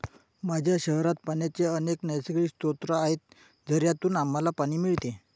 माझ्या शहरात पाण्याचे अनेक नैसर्गिक स्रोत आहेत, झऱ्यांतून आम्हाला पाणी मिळते